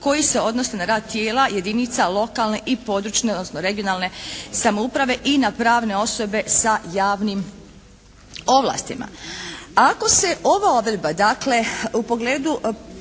koji se odnose na rad tijela jedinica lokalne i područne odnosno regionalne samouprave i na pravne osobe sa javnim ovlastima. Ako se ova odredba dakle u pogledu